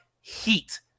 heat